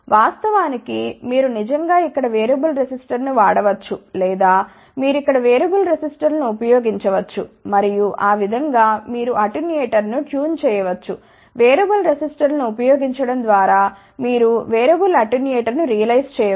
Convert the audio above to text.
వాస్తవానికి మీరు నిజంగా ఇక్కడ వేరియబుల్ రెసిస్టర్ను వాడవచ్చు లేదా మీరు ఇక్కడ వేరియబుల్ రెసిస్టర్లను ఉపయోగించవచ్చు మరియు ఆ విధంగా మీరు అటెన్యూయేటర్ను ట్యూన్ చేయవచ్చు వేరియబుల్ రెసిస్టర్లను ఉపయోగించడం ద్వారా మీరు వేరియబుల్ అటెన్యూయేటర్ను రియలైజ్ చేయవచ్చు